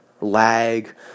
lag